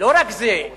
לא רק זה,